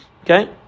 okay